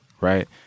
right